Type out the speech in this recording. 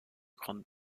grandes